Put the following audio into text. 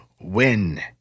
win